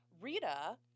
Rita